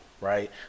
right